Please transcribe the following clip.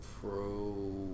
Pro